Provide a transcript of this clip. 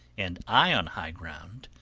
and i on high ground,